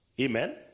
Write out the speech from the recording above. Amen